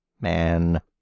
man